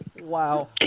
Wow